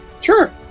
Sure